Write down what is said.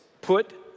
put